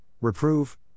reprove